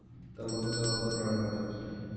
तंबाखूचा वापर प्राणघातक असतो